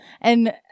And-